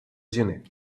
gener